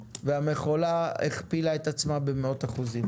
והמכולה הכפילה את עצמה במאות אחוזים,